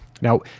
now